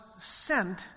sent